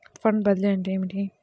Fund బదిలీ అంటే ఏమిటి?